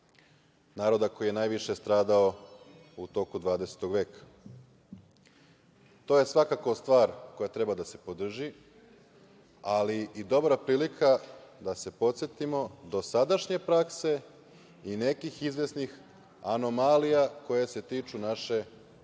naroda koji je najviše stradao u toku 20. veka. To je svakako stvar koja treba da se podrži, ali i dobra prilika da se podsetimo dosadašnje prakse i nekih izvesnih anomalija koje se tiču naše kulturne